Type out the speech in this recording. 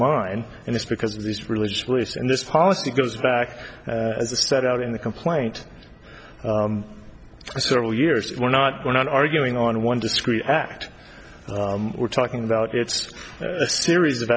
mine and it's because of these religious beliefs and this policy goes back as a set out in the complaint several years we're not going on arguing on one discrete act we're talking about it's a series of